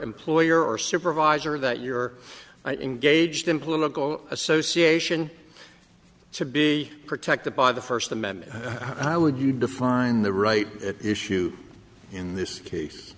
employer or supervisor that you're engaged in political association to be protected by the first amendment how would you define the right at issue in this case